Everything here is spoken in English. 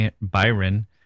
Byron